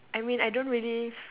I mean I don't really